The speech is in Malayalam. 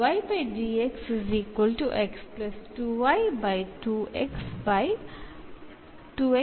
അതുകൊണ്ട് എന്നും എന്നും ലഭിക്കുന്നു